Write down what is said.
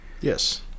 yes